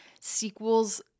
sequels